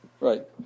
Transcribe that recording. Right